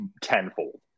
tenfold